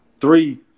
three